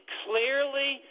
clearly